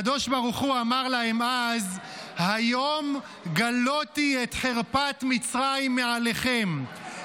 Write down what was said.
הקדוש ברוך הוא אמר להם אז: "היום גלותי את חרפת מצרים מעליכם",